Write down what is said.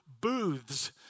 booths